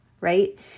right